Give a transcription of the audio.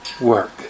work